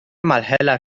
malhela